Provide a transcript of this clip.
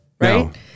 right